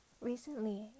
Recently